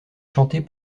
chantée